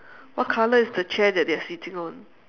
what color is the chair that they are sitting on